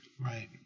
right